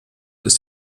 ist